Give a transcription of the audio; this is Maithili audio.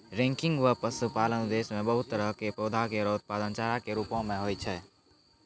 रैंकिंग म पशुपालन उद्देश्य सें बहुत तरह क पौधा केरो उत्पादन चारा कॅ रूपो म होय छै